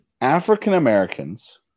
African-Americans